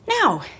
Now